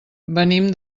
venim